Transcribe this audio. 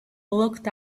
looked